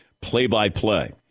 play-by-play